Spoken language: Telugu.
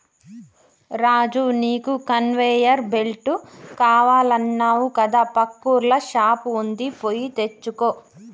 రాజు నీకు కన్వేయర్ బెల్ట్ కావాలన్నావు కదా పక్కూర్ల షాప్ వుంది పోయి తెచ్చుకో